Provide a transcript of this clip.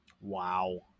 Wow